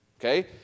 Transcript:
Okay